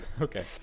Okay